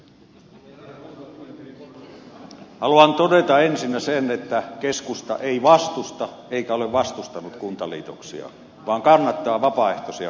haluan todeta ensinnä sen että keskusta ei vastusta eikä ole vastustanut kuntaliitoksia vaan kannattaa vapaaehtoisia kuntaliitoksia